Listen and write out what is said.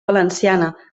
valenciana